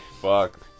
Fuck